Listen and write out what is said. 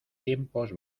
tiempos